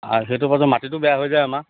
সেইটো পাছত মাটিটো বেয়া হৈ যায় আমাৰ